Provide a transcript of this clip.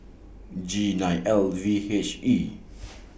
G nine L V H E